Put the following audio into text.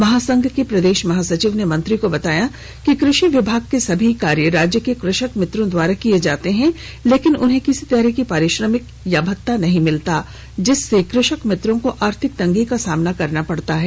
महासंघ के प्रदेश महासचिव ने मंत्री को बताया कि कृषि विभाग के सभी कार्य राज्य के कृषक मित्रों द्वारा किये जाते हैं किन्तु उन्हें किसी तरह की पारिश्रमिक भत्ता नहीं मिलता है जिससे कृषक मित्रों को आर्थिक तंगी का सामना करना पड़ता है